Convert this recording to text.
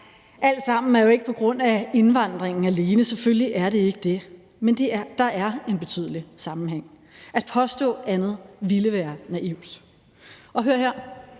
alt sammen på grund af indvandringen alene, selvfølgelig er det ikke det, men der er en betydelig sammenhæng. At påstå andet ville være naivt. Og hør her: